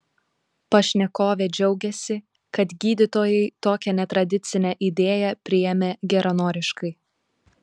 pašnekovė džiaugiasi kad gydytojai tokią netradicinę idėją priėmė geranoriškai